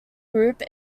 group